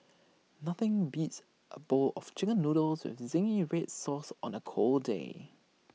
nothing beats A bowl of Chicken Noodles with Zingy Red Sauce on A cold day